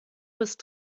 bist